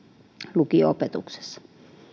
lukio opetuksessa